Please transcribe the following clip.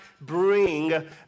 bring